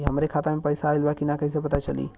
हमरे खाता में पैसा ऑइल बा कि ना कैसे पता चली?